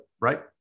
right